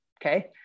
Okay